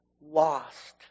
lost